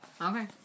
Okay